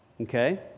Okay